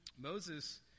Moses